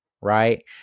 right